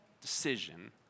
decision